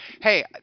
hey